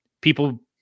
people